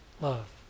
love